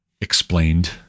explained